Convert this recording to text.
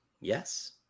yes